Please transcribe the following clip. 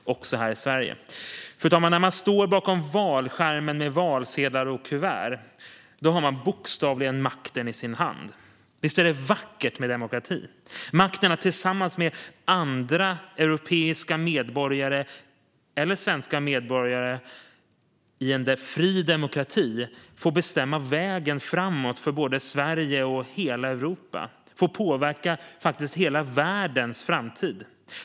Fru talman! När man står bakom valskärmen med valsedlar och kuvert har man bokstavligen makten i sin hand. Visst är det vackert med demokrati? Man har makten att tillsammans med andra svenska och europeiska medborgare i en fri demokrati få bestämma vägen framåt för både Sverige och hela Europa. Man får faktiskt påverka hela världens framtid.